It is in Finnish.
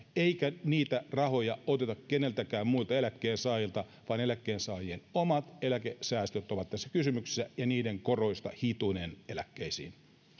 eikä niitä rahoja oteta keneltäkään muilta eläkkeensaajilta vaan eläkkeensaajien omat eläkesäästöt ovat tässä kysymyksessä ja niiden koroista hitunen eläkkeisiin